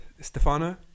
Stefano